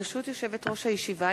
ברשות יושבת-ראש הישיבה,